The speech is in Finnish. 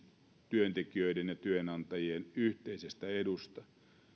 työntekijöiden ja työnantajien yhteisestä edusta